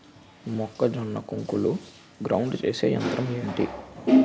మొక్కజొన్న కంకులు గ్రైండ్ చేసే యంత్రం ఏంటి?